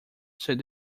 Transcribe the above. said